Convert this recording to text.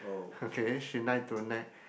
okay she like to nag